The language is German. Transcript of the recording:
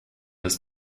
des